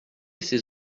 ses